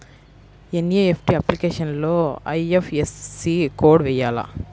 NEFT అప్లికేషన్లో IFSC code వేయాలా?